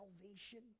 salvation